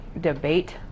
debate